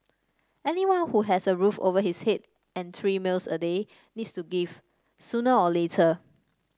anyone who has a roof over his head and three meals a day needs to give sooner or later